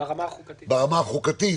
ברמה החוקתית